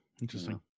Interesting